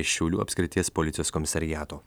iš šiaulių apskrities policijos komisariato